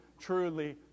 Truly